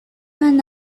and